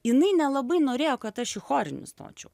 jinai nelabai norėjo kad aš į chorinį stočiau